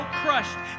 crushed